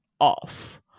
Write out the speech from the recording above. off